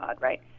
right